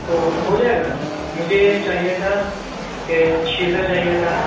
تو ہوجائے گا مجھے چاہیے تھا کہ سیزر چاہیے تھا